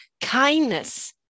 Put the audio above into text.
kindness